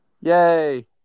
yay